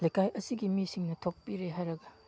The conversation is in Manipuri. ꯂꯩꯀꯥꯏ ꯑꯁꯤꯒꯤ ꯃꯤꯁꯤꯡꯅ ꯊꯣꯛꯄꯤꯔꯦ ꯍꯥꯏꯔꯒ